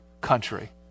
country